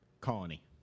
Colony